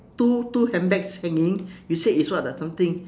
two two handbags hanging you say it's what the something